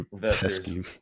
Pesky